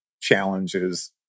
challenges